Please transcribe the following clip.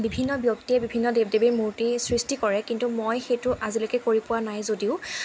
বিভিন্ন ব্যক্তিয়ে বিভিন্ন দেৱ দেৱীৰ মূৰ্তি সৃষ্টি কৰে কিন্তু মই সেইটো আজিলৈকে কৰি পোৱা নাই যদিওঁ